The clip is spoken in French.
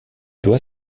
doit